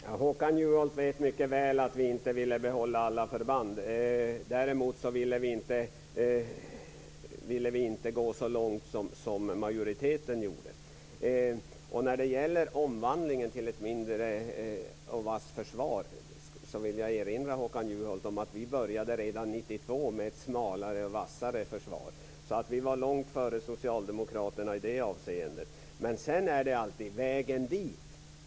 Fru talman! Håkan Juholt vet mycket väl att vi inte ville behålla alla förband. Däremot ville vi inte gå så långt som majoriteten gjorde. När det gäller omvandlingen till ett mindre och vassare försvar vill jag erinra Håkan Juholt om att vi redan 1992 började med ett smalare, vassare försvar. Vi var långt före socialdemokraterna i det avseendet. Sedan gäller det alltid vägen dit.